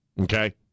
Okay